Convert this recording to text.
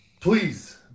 Please